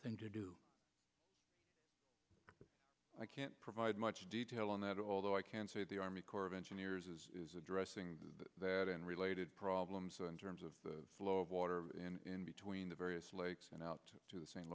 thing to do i can't provide much detail on that although i can say the army corps of engineers is addressing that and related problems in terms of the flow of water in between the various lakes and out to the s